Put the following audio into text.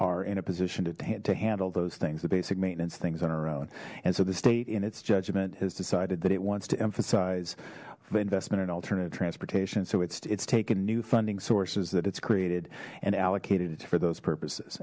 are in a position to handle those things the basic maintenance things on our own and so the state in its judgment has decided that it wants to emphasize the investment in alternative transportation so it's it's taken new funding sources that it's created and allocated for those purposes